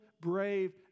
brave